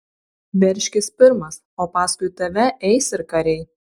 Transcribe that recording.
veržkis pirmas o paskui tave eis ir kariai